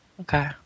okay